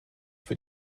für